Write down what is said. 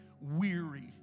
weary